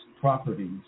properties